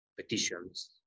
petitions